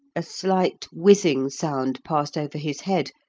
a slight whizzing sound passed over his head,